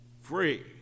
free